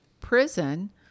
prison